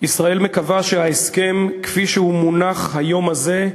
ישראל מקווה שההסכם, כפי שהוא מונח היום הזה,